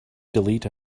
delete